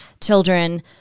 children